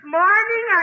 morning